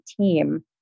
team